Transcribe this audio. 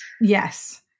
Yes